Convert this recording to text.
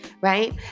Right